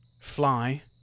fly